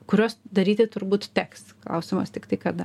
kurios daryti turbūt teks klausimas tiktai kada